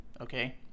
Okay